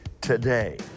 today